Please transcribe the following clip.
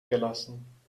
gelassen